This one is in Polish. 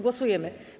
Głosujemy.